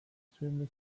extremely